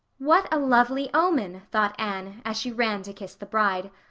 what a lovely omen, thought anne, as she ran to kiss the bride.